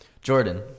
Jordan